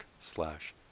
slash